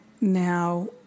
now